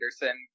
anderson